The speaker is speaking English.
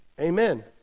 Amen